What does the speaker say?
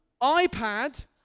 iPad